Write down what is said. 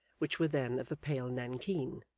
which were then of a pale nankeen.